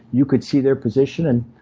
you can see their position and,